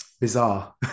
bizarre